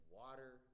water